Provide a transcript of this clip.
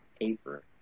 paper